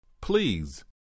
Please